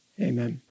amen